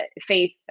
faith